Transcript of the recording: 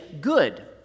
good